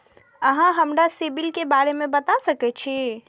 अहाँ हमरा सिबिल के बारे में बता सके छी?